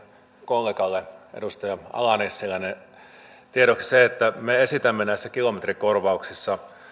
kollegalle edustaja ala nissilälle tiedoksi se että me esitämme näissä kilometrikorvauksissa